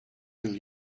will